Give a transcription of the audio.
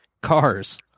Cars